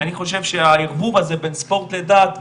אני חושב שהעירבוב הזה בין ספורט לענייני